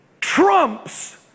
trumps